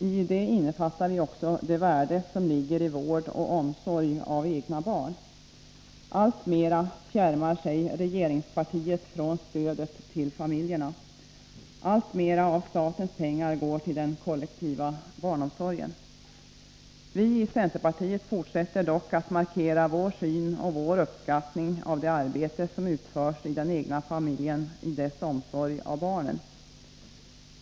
I det innefattar vi också det värde som ligger i vård av och omsorg av egna barn. Regeringspartiet fjärmar sig alltmer från stödet till familjerna. Alltmer av statens pengar går till den kollektiva barnomsorgen. Vii centerpartiet fortsätter dock att markera vår syn och vår uppskattning av det arbete som utförs i den egna familjen i omsorgen om barnen.